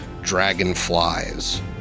dragonflies